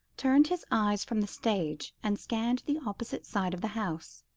turned his eyes from the stage and scanned the opposite side of the house.